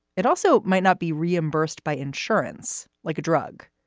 it also might not be reimbursed by insurance like a drug.